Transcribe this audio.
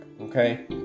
Okay